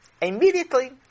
Immediately